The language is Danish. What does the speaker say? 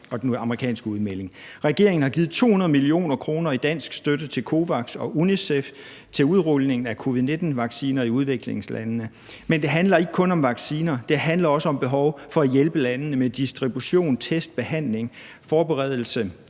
og den amerikanske udmelding her. Regeringen har givet 200 mio. kr. i dansk støtte til COVAX og UNICEF til udrulningen af covid-19-vacciner i udviklingslandene. Men det handler ikke kun om vacciner. Det handler også om behov for at hjælpe landene med distribution, test, behandling og forberedelse